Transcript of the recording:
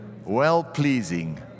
well-pleasing